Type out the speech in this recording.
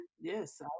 Yes